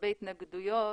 ולגבי התנגדויות,